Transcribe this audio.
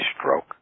stroke